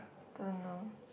don't know